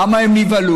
למה הם נבהלו?